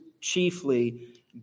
chiefly